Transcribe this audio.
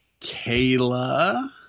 Kayla